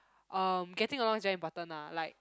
um getting along is very important ah like